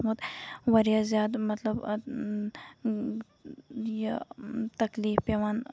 واریاہ زیادٕ مطلب اَتھ یہِ تَکلیٖف پیوان